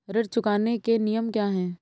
ऋण चुकाने के नियम क्या हैं?